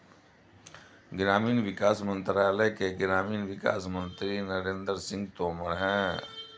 ग्रामीण विकास मंत्रालय के ग्रामीण विकास मंत्री नरेंद्र सिंह तोमर है